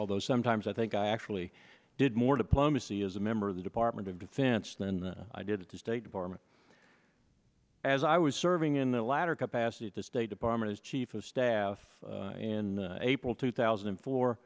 although sometimes i think i actually did more diplomacy as a member of the department of defense than i did at the state department as i was serving in the latter capacity at the state department as chief of staff in april two thousand and four